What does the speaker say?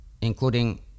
including